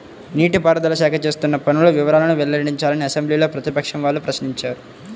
నీటి పారుదల శాఖ చేస్తున్న పనుల వివరాలను వెల్లడించాలని అసెంబ్లీలో ప్రతిపక్షం వాళ్ళు ప్రశ్నించారు